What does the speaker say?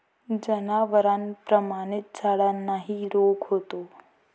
जनावरांप्रमाणेच झाडांनाही रोग होतो